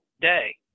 day